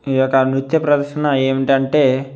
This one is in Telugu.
ఈ యొక్క నృత్య ప్రదర్శన ఏమిటంటే